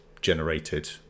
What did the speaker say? generated